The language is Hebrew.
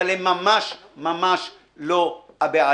אבל הם ממש לא הבעיה.